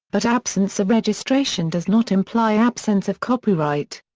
but absence of registration does not imply absence of copyright.